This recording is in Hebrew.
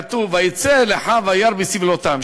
כתוב: "ויצא אל אחיו וירא בסבלתם".